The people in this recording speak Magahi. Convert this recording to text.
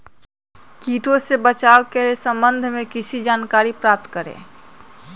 किटो से बचाव के सम्वन्ध में किसी जानकारी प्राप्त करें?